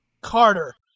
Carter